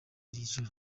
joro